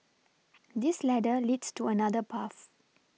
this ladder leads to another path